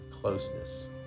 closeness